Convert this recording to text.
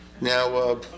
Now